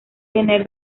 tener